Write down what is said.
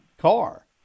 car